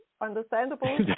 Understandable